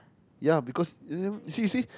ya because you never you see you see